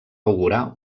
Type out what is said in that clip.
augurar